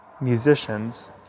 musicians